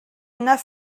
enough